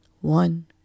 One